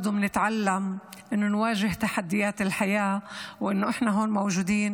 ויש להם עיניים והם רואים, ולא בירך אותם בתבונה.